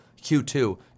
Q2